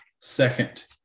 second